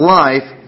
life